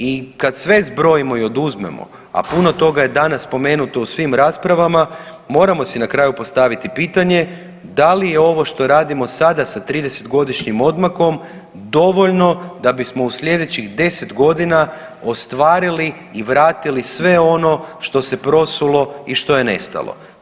I kad sve zbrojimo i oduzmemo, a puno toga je danas spomenuto u svim raspravama moramo si na kraju postaviti pitanje da li je ovo što radimo sada sa 30 godišnjim odmakom dovoljno da bismo u sljedećih 10 godina ostvarili i vratili sve ono što se prosulo i što je nestalo.